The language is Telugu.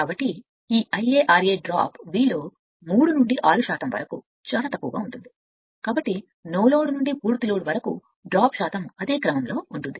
కాబట్టి ఈ Ia ra డ్రాప్ V యొక్క 3 నుండి 6 శాతం వరకు చాలా తక్కువగా ఉంటుంది కాబట్టి శాతం డ్రాప్ నో లోడ్ నుండి పూర్తి లోడ్ వరకు వేగం అదే క్రమంలో ఉంటుంది